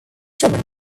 children